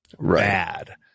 bad